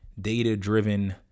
data-driven